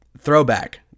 Throwback